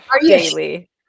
daily